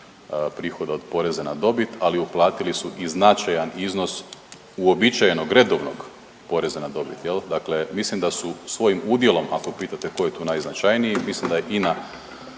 prihoda od poreza na dobit, ali uplatili su i značajan iznos uobičajenog redovnog poreza na dobit jel, dakle mislim da su svojim udjelom, ako pitate ko je tu najznačajniji, mislim da je INA